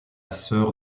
sœur